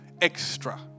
extra